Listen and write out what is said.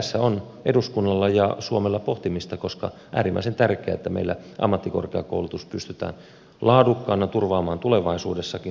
tässä on eduskunnalla ja suomella pohtimista koska on äärimmäisen tärkeää että meillä ammattikorkeakoulutus pystytään laadukkaana turvaamaan tulevaisuudessakin